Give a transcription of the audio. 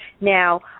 Now